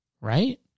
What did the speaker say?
Right